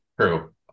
True